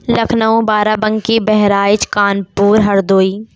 Lucknow Barabanki Bahraich Kanpur Hardoi